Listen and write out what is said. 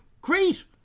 Great